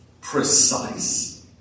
precise